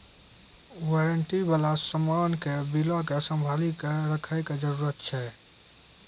warranty बाला समान के बिलो के संभाली के रखै के जरूरत छै